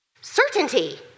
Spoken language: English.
certainty